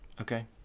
Okay